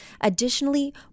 Additionally